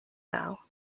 now